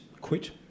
quit